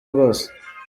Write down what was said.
rwose